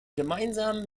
gemeinsam